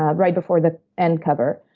ah right before the end cover,